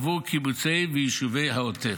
עבור קיבוצי ויישובי העוטף.